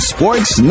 Sports